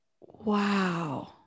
Wow